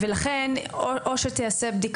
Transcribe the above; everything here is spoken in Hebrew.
אבל אין לנו את היכולת לכופף להם את היד.